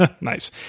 Nice